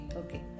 okay